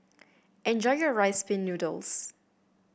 enjoy your Rice Pin Noodles